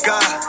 God